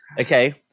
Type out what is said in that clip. Okay